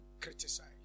criticize